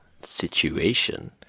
Situation